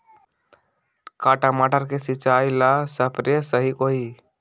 का टमाटर के सिचाई ला सप्रे सही होई?